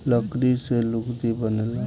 लकड़ी से लुगड़ी बनेला